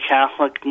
Catholic